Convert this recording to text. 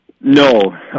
No